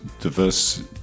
diverse